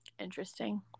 interesting